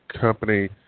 company